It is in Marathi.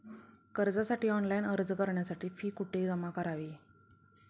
कर्जासाठी ऑनलाइन अर्ज करण्यासाठी फी कुठे जमा करावी?